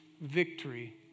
victory